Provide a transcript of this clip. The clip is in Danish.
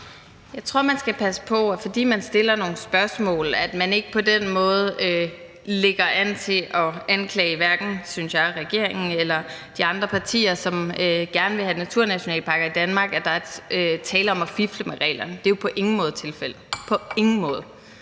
Jeg tror, at man skal passe på, at man ikke, fordi man stiller nogle spørgsmål, på den måde lægger an til at anklage regeringen eller de andre partier, som gerne vil have naturnationalparker i Danmark, for, at der er tale om at fifle med reglerne. Det er jo på ingen måde tilfældet – på ingen måde.